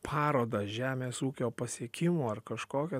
parodą žemės ūkio pasiekimų ar kažkokią